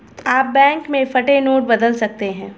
आप बैंक में फटे नोट बदल सकते हैं